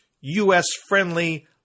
U.S.-friendly